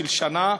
של שנה,